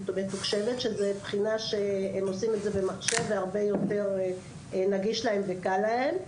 זאת בחינה שהם עושים אותה במחשב והרבה יותר נגיש להם וקל להם.